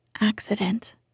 accident